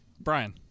Brian